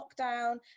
lockdown